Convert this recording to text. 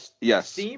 yes